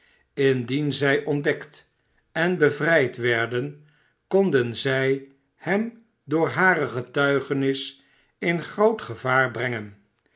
indien zij ontdekt en bevrijd werden konden zij hem door hare getmgenis in groot gevaar brengen